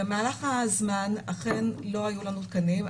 במהלך הזמן, אכן לא היו לנו תקנים.